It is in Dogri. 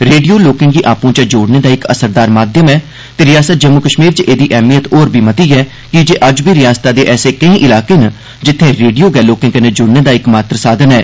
रेडियो लोकें गी आपूं चै जोड़ने दा इक असरदार माध्यम ऐ ते रिआसत जम्मू कश्मीर च एहदी अहमियत होर बी मती ऐ कीजे अज्ज बी रिआसता दे ऐसे केईं इलाके च जित्थें रेडियो गै लोकें कन्नै ज्ड़ने दा इकमात्र साधन ऐ